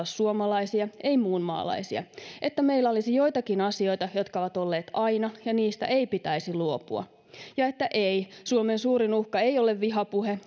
suomalaisia ei muunmaalaisia tai että meillä olisi joitakin asioita jotka ovat olleet aina ja joista ei pitäisi luopua tai että ei suomen suurin uhka ei ole vihapuhe